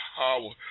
power